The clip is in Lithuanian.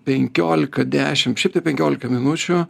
penkiolika dešim šiaip tai penkiolika minučių